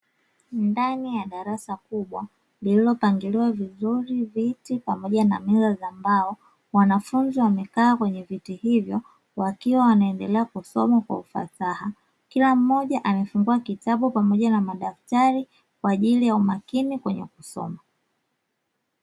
Ndani ya darasa kubwa lililopangiliwa vizuri viti pamoja na meza za mbao wanafunzi wamekaa kwenye viti hivyo wakiwa wanaendelea kusoma kwa ufasaha kila mmoja amefungua kitabu pamoja na madaftari kwa ajili ya umakini kwenye kusoma.